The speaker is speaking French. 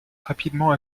rapidement